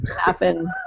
happen